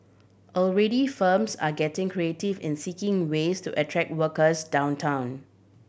already firms are getting creative in seeking ways to attract workers downtown